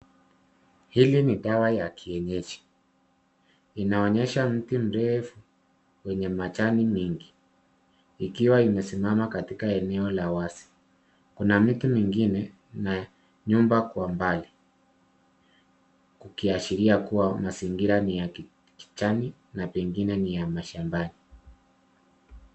Hili ni dawa la kienyeji. Inaonyesha mti mrefu wenye majani mengi ikiwa imesimama katika eneo la wazi. Kuna miti mengine na nyumba kwa mbali ikiashiria kuwa mazingira ni ya kijani na pengine ni ya mashambani.